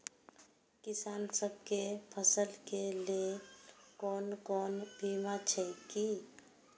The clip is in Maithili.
किसान सब के फसल के लेल कोन कोन बीमा हे छे?